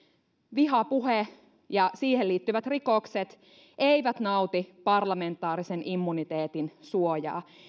vihapuhe ja siihen liittyvät rikokset eivät nauti parlamentaarisen immuniteetin suojaa